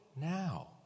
now